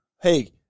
hey